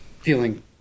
feeling